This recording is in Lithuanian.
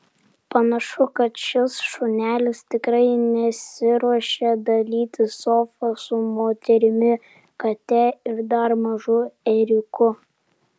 panašu kad šis šunelis tikrai nesiruošia dalytis sofa su moterimi kate ir dar mažu ėriuku